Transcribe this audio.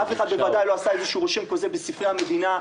-- אף אחד בוודאי לא עשה איזשהו רישום כוזב בספרי המדינה,